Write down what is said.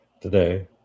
today